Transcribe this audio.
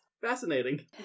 Fascinating